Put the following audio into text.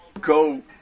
Go